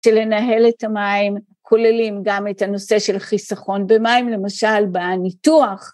כדי לנהל את המים כוללים גם את הנושא של חיסכון במים, למשל בניתוח.